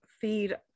feed